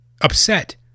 upset